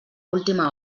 última